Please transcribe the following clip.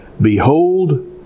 Behold